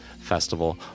Festival